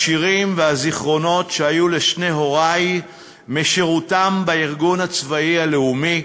השירים והזיכרונות שהיו לשני הורי משירותם בארגון הצבאי הלאומי.